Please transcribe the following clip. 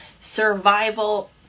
survival